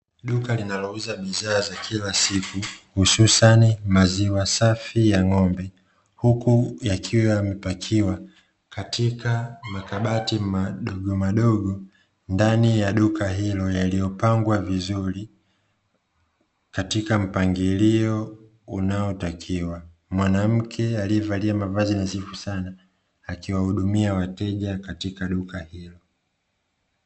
Duka linalouza bidhaa za kila siku hususani maziwa safi ya ng'ombe, huku yakiwa yamepakiwa katika makabati madogo madogo ndani, ya duka hilo yaliyo pangwa vizuri katika mpangilio unaotakiwa. Mwanamke aliyevalia mavazi nadhifu sana akiwahudumia wateja katika duka hilo.